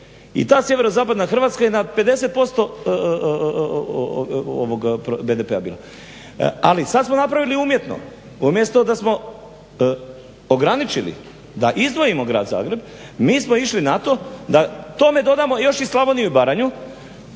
i ta sjeverozapadna Hrvatska je na 50% BDP-a bila. Ali sad smo napravili umjetno. Umjesto da smo ograničili da izdvojimo grad Zagreb, mi smo išli na to da tome dodamo i Slavoniju i Baranju